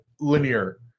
linear